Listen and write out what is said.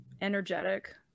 energetic